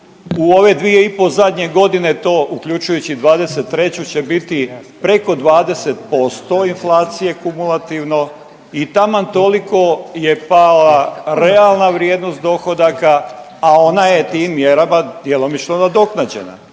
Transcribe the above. U ove dvije i pol zadnje godine to uključujući 23. će biti preko 20% inflacije kumulativno. I taman toliko je pala realna vrijednost dohodaka, a ona je tim mjerama djelomično nadoknađena.